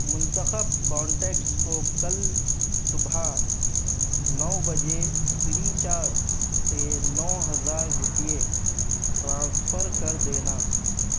منتخب کانٹیکٹس کو کل صبح نو بجے فری چارج سے نو ہزار روپیے ٹرانسفر کر دینا